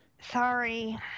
Sorry